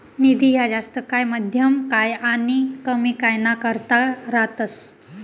निधी ह्या जास्त काय, मध्यम काय आनी कमी काय ना करता रातस